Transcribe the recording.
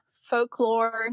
folklore